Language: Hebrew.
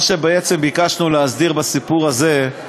מה שבעצם ביקשנו להסדיר בסיפור הזה זה